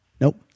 Nope